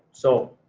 so